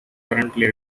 currently